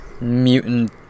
mutant